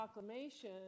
proclamation